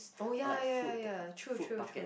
oh ya ya ya true true true